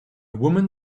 woman